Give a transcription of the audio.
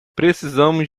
precisamos